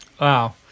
Wow